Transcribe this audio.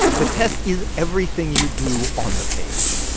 the test is everything you do on the page.